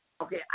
Okay